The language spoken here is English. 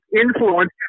influence